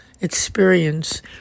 experience